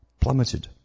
Plummeted